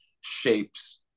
shapes